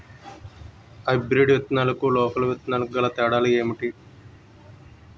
Hybrid విత్తనాలకు local విత్తనాలకు గల తేడాలు ఏంటి?